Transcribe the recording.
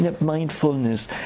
mindfulness